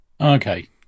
okay